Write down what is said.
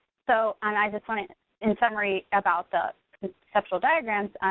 so i just wanna, in summary, about the conceptual diagrams,